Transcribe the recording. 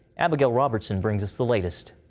abigail robertson brings us the latest.